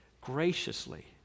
graciously